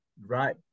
right